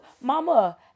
mama